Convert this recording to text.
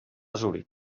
zuric